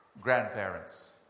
Grandparents